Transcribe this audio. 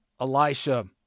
Elisha